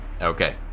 Okay